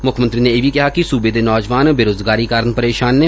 ਮੁੱਖ ਮੰਤਰੀ ਨੇ ਇਹ ਵੀ ਕਿਹਾ ਕਿ ਸੁਬੇ ਦੇ ਨੌਜਵਾਨ ਬੇਰੁਜ਼ਗਾਰੀ ਕਾਰਨ ਪ੍ਰੇਸ਼ਾਨ ਨੇ